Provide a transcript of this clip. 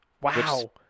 Wow